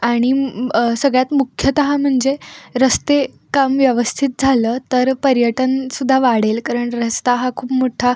आणि सगळ्यात मुख्यतः म्हणजे रस्ते काम व्यवस्थित झालं तर पर्यटनसुद्धा वाढेल कारण रस्ता हा खूप मोठा